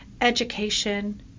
education